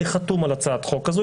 אני חתום על הצעת חוק כזו,